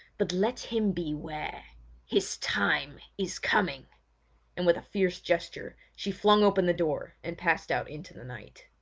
but let him beware! his time is coming and with a fierce gesture she flung open the door and passed out into the night.